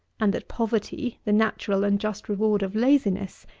and that poverty, the natural and just reward of laziness,